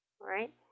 right